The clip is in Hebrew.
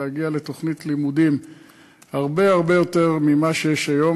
להגיע לתוכנית לימודים הרבה הרבה יותר ממה שיש היום,